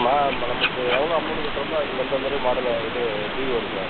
நமக்கு எவ்வளோ அமௌண்டு கட்டுறமோ அதுக்கு தகுந்த மாதிரி மாடலு இது டீவ் வரும் சார்